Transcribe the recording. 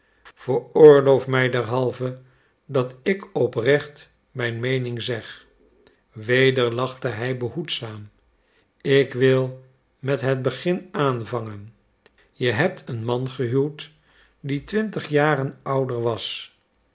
veroorloof mij derhalve dat ik oprecht mijn meening zeg weder lachte hij behoedzaam ik wil met het begin aanvangen je hebt een man gehuwd die twintig jaren ouder was